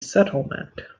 settlement